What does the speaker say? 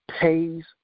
pays